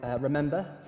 remember